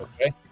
okay